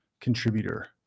contributor